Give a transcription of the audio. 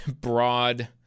broad